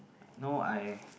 no I